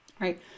right